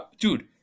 Dude